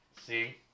See